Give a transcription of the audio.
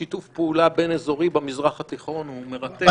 שיתוף פעולה בין אזורי במזרח התיכון הוא מרתק.